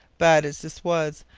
bad as this was,